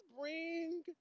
bring